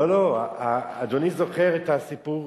לא לא, אדוני זוכר את הסיפור